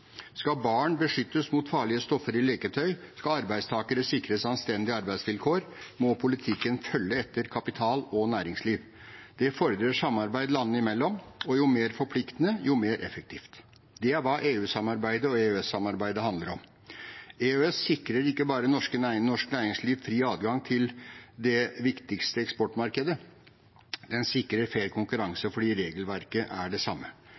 Skal barn beskyttes mot farlige stoffer i leketøy og arbeidstakere sikres anstendige arbeidsvilkår, må politikken følge etter kapital og næringsliv. Det fordrer samarbeid landene imellom, og jo mer forpliktende, jo mer effektivt. Det er hva EU-samarbeidet og EØS-samarbeidet handler om. EØS-avtalen sikrer ikke bare norsk næringsliv adgang til det viktigste eksportmarkedet, den sikrer fair konkurranse fordi regelverket er det samme.